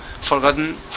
forgotten